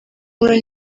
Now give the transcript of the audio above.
nkora